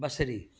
बसरी